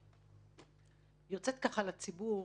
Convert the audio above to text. יוצאת ככה לציבור,